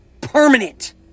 permanent